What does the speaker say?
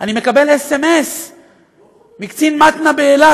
אני מקבל סמ"ס מקצין מתנ"א באילת,